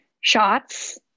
shots